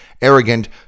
Arrogant